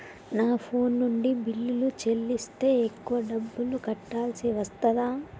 నా ఫోన్ నుండి బిల్లులు చెల్లిస్తే ఎక్కువ డబ్బులు కట్టాల్సి వస్తదా?